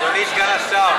הוא מנסה לענות.